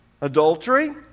adultery